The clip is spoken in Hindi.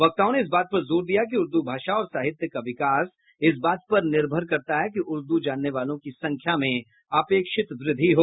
वक्ताओं ने इस बात पर ज़ोर दिया कि उर्दू भाषा औरं साहित्य का विकास इस बात पर निर्भर करता है कि उर्दू जानने वालों की संख्या में अपेक्षित वृद्धि हो